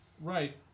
Right